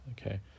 Okay